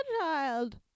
Child